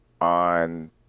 on